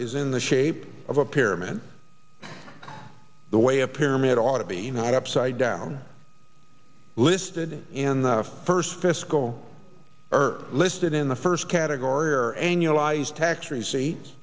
is in the shape of a pyramid the way a pyramid ought to be upside down listed in the first fiscal oeuvre listed in the first category or annualized tax receipts